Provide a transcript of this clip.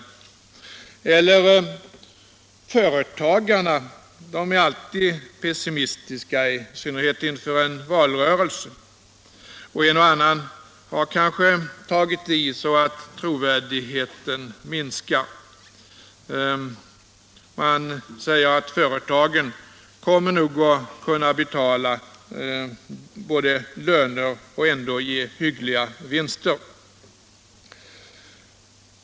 Eller man säger att företagarna alltid är pessimistiska, i synnerhet inför en avtalsrörelse, och en och annan har kanske också tagit i så att trovärdigheten minskat. Man säger att företagen nog kommer att kunna betala lönerna och ändå ge hyggliga vinster.